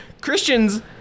Christians